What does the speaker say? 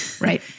Right